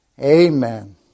Amen